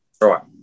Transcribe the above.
Right